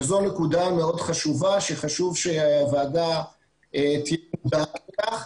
וזו נקודה מאוד חשובה שחשוב שהוועדה תדע על כך.